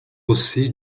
aussi